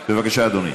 בבקשה, אדוני.